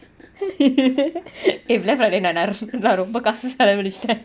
eh black friday நா நெரய:na neraya ரொம்ப காசு செலவளிச்சிட்ட:romba kaasu selavalichita